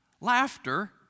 laughter